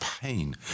pain